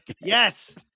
Yes